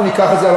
אנחנו ניקח את זה.